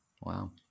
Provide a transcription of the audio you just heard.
Wow